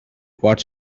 what